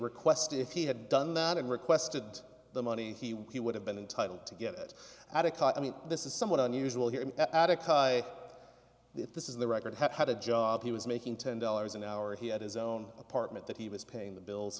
requested if he had done that and requested the money he would have been entitle to get adequate i mean this is somewhat unusual here an addict if this is the record have had a job he was making ten dollars an hour he had his own apartment that he was paying the bills